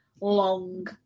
long